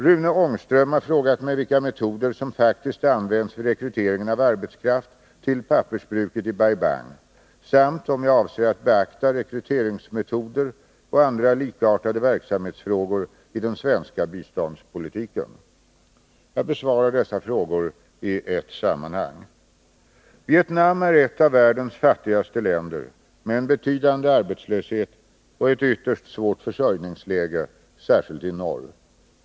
Rune Ångström har frågat mig vilka metoder som faktiskt används vid rekryteringen av arbetskraft till pappersbruket i Bai Bang samt om jag avser beakta rekryteringsmetoder och andra likartade verksamhetsfrågor i den svenska biståndspolitiken. Jag besvarar dessa frågor i ett sammanhang. Vietnam är ett av världens fattigaste länder med en betydande arbetslöshet och ett ytterst svårt försörjningsläge, särskilt i norr.